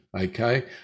okay